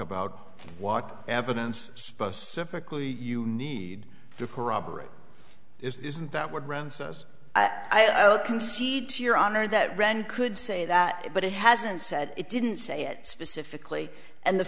about what evidence specifically you need to corroborate isn't that what brown says i'll concede to your honor that rand could say that it but it hasn't said it didn't say it specifically and the